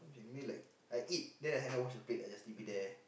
I mean like I eat then I never wash the plate I just leave it there